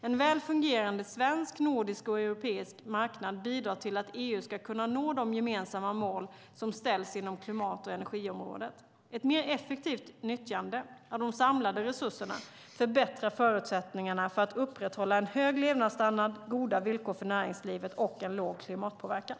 En väl fungerande svensk, nordisk och europeisk marknad bidrar till att EU ska kunna nå de gemensamma mål som ställs inom klimat och energiområdet. Ett mer effektivt nyttjande av de samlade resurserna förbättrar förutsättningarna för att upprätthålla en hög levnadsstandard, goda villkor för näringslivet och en låg klimatpåverkan.